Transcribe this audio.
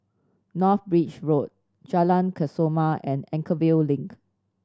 North Bridge Road Jalan Kesoma and Anchorvale Link